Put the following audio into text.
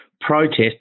protest